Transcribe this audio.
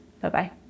Bye-bye